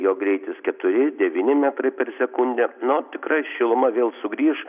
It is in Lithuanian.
jo greitis keturi devyni metrai per sekundę na o tikrai šiluma vėl sugrįš